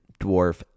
dwarf